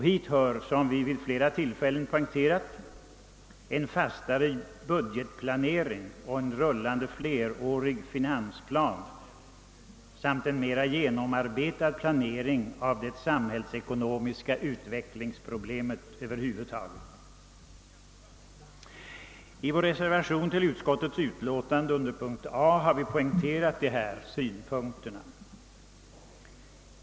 Hit hör, som vi vid flera tillfällen poängterat, en fastare budgetplanering och en rullande flerårig finansplan samt en mera genomarbetad planering av det samhällsekonomiska utvecklingsproblemet över huvud. I vår reservation till bankoutskottets utlåtande nr 43 under mom. A har vi poängterat dessa synpunkter.